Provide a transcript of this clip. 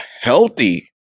healthy